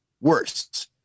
worse